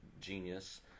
genius